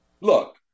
look